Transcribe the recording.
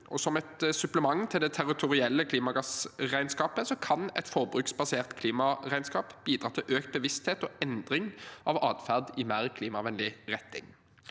Som et supplement til det territorielle klimagassregnskapet kan et forbruksbasert klimaregnskap bidra til økt bevissthet og endring av atferd i mer klimavennlig retning.